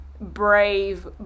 brave